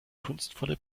kunstvolle